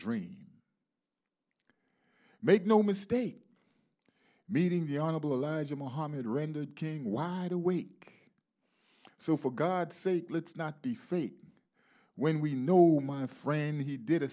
dream make no mistake meeting the honorable elijah muhammad rendered king wide awake so for god's sake let's not be fake when we know my friend he did